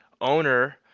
owner